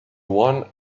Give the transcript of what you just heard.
one